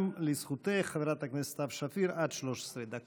גם לזכותך, חברת הכנסת סתיו שפיר, עד 13 דקות.